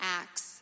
acts